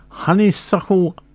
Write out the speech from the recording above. Honeysuckle